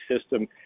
system